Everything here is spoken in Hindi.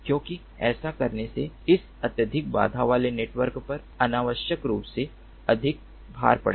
क्योंकि ऐसा करने से इस अत्यधिक बाधा वाले नेटवर्क पर अनावश्यक रूप से अधिक भार पड़ेगा